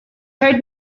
had